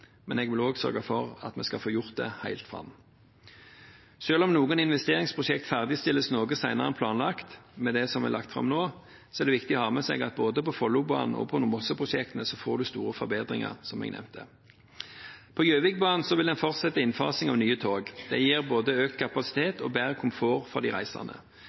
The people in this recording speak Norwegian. men jeg vil også sørge for at vi får gjort det helt fram. Selv om noen investeringsprosjekt ferdigstilles noe senere enn planlagt med det som er lagt fram nå, er det viktig å ha med seg at både på Follobanen og på Mosseprosjektet får en store forbedringer, som jeg nevnte. På Gjøvikbanen vil en fortsette innfasing av nye tog. Det gir både økt kapasitet og bedre komfort for de reisende.